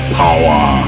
power